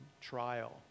trial